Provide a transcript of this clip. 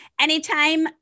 anytime